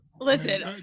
Listen